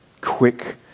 quick